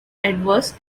adverse